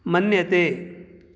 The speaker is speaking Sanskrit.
मन्यते